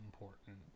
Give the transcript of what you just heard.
important